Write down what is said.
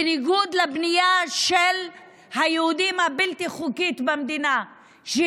בניגוד לבנייה הבלתי-חוקית במדינה של היהודים,